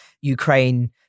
Ukraine